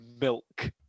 milk